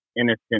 innocent